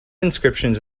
inscriptions